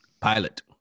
Pilot